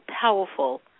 powerful